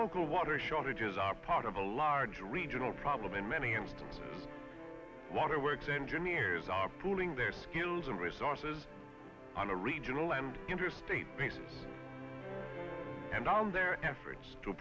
local water shortages are part of a large regional problem in many instances water works engineers are pooling their skills and resources on a regional and interstate basis and on their efforts to